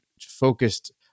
focused